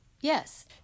Yes